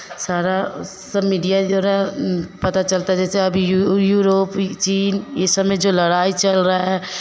सारा सब मीडिया ही द्वारा पता चलता जैसे अभी युरो यूरोप चीन ये सब में जो लड़ाई चल रहा है